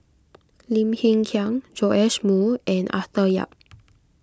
Lim Hng Kiang Joash Moo and Arthur Yap